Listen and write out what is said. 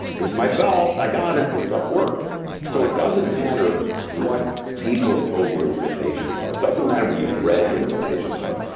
here's my belt. i got it. this stuff works. so it doesn't matter what people have told you your limitations are. it doesn't matter what you've read your limitations are.